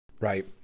Right